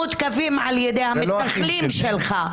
מותקפים על ידי המתנחלים שלך.